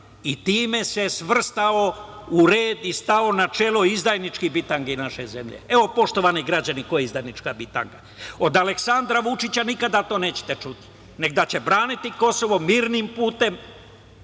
I time se svrstao u red i stao na čelo izdajničke bitange naše zemlje. Evo, poštovani građani, ko je izdajnička bitanga. Od Aleksandra Vučića nikada to nećete čuti, nego da će braniti Kosovo mirnim putem